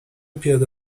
پیاده